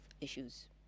issues